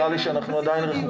פה נראה לי שעדיין אנחנו רחוקים.